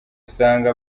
usanga